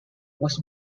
was